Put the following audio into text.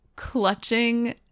Clutching